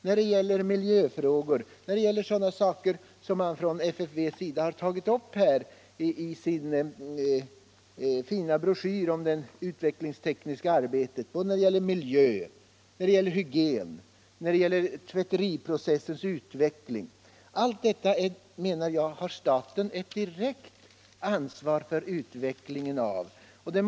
Jag tänker på miljöfrågor, på sådana saker som FFV tagit upp i sin fina broschyr om det utvecklingstekniska arbetet, på hygien och på utveckling av tvätteriprocessen. Jag menar att staten har ett direkt ansvar för utvecklingen av allt detta.